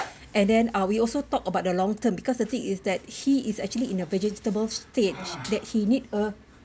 and then uh we also talk about the long term because the thing is that he is actually in a vegetative state that he need a